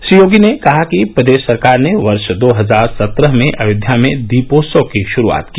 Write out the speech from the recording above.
श्री योगी ने कहा कि प्रदेश सरकार ने वर्ष दो हजार सत्रह में अयोध्या में दीपोत्सव की श्रूआत की